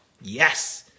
Yes